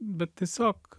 bet tiesiog